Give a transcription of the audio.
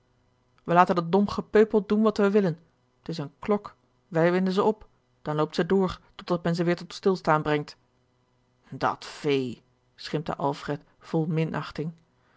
laten dat dom gepeupel doen wat wij willen t is eene klok wij winden ze op dan loopt zij door tot dat men ze weêr tot stilstaan brengt dat vee schimpte alfred vol